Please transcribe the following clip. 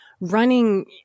running